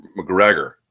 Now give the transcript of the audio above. McGregor